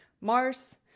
Mars